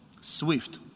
Swift